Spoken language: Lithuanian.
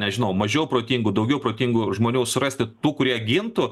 nežinau mažiau protingų daugiau protingų žmonių surasti tų kurie gintų